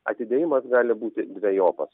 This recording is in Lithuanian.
atidėjimas gali būti dvejopas